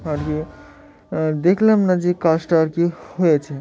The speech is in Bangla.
আর কি আহ দেখলাম না যে কাজ টা আর কি হয়েছে